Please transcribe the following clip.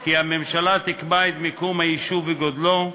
כי הממשלה תקבע את מיקום היישוב וגודלו,